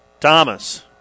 Thomas